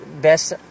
best